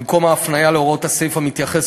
במקום ההפניה להוראות הסעיף המתייחס